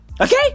Okay